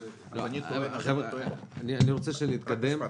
אני רוצה שנתקדם.